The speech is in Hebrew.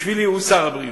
בשבילי הוא שר הבריאות.